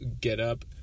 get-up